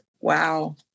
Wow